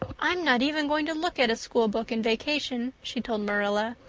i'm not even going to look at a schoolbook in vacation, she told marilla.